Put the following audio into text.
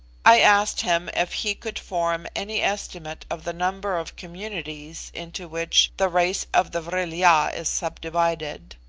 i asked him if he could form any estimate of the number of communities into which the race of the vril-ya is subdivided.